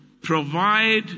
provide